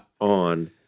on